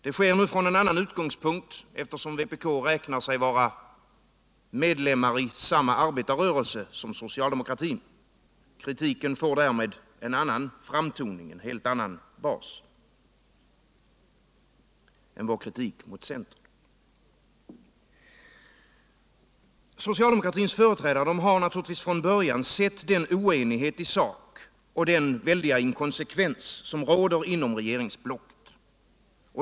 Det sker nu från en annan utgångspunkt, eftersom vpk räknar sig vara medlemmar i samma arbetarrörelse som socialdemokraterna. Kritiken får därmed en helt annan framtoning, en helt annan bas än vår kritik mot centern. Socialdemokratins töreträdare har från början sett den oenighet i sak, den Energiforskning, väldiga inkonsekvens som råder inom regeringsblocket.